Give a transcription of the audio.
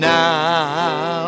now